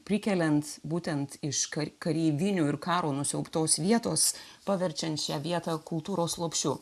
prikeliant būtent iš kareivinių ir karo nusiaubtos vietos paverčiant šią vietą kultūros lopšiu